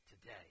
today